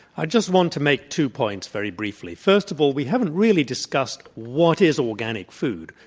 i just want to make two points very briefly. first of all, we haven't really discussed what is organic food?